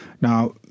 Now